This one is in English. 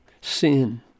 sin